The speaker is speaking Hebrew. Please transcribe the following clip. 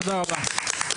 תודה רבה.